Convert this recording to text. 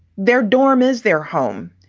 their dorm is their home.